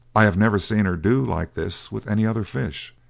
i have never seen her do like this with any other fish,